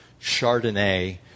chardonnay